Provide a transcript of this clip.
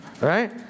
right